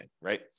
right